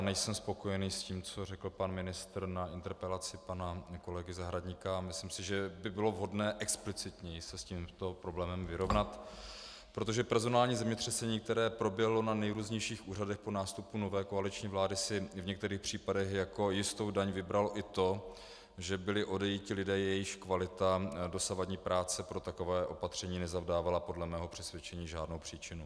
Nejsem spokojen s tím, co řekl pan ministr na interpelaci pana kolegy Zahradníka, a myslím si, že by bylo vhodné explicitněji se s tímto problémem vyrovnat, protože personální zemětřesení, které proběhlo na nejrůznějších úřadech po nástupu nové koaliční vlády, si v některých případech jako jistou daň vybralo i to, že byli odejiti lidé, jejichž kvalita dosavadní práce pro takové opatření nezavdávala podle mého přesvědčení žádnou příčinu.